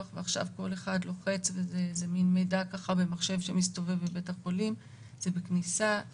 האפוטרופוס הכללי אלא בממשק מחשובי כדי שתהיה זמינות